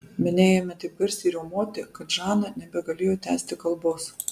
minia ėmė taip garsiai riaumoti kad žana nebegalėjo tęsti kalbos